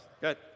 Good